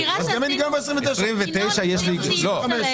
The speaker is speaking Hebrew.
ינון, דיברו עם כולנו.